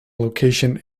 location